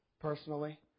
personally